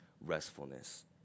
Restfulness